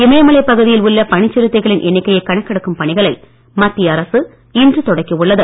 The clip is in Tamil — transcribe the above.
இமயமலைப் பகுதியில் உள்ள பனிச் சிறுத்தைகளின் எண்ணிக்கையை கணக்கெடுக்கும் பணிகளை மத்திய அரசு இன்று தொடக்கியுள்ளது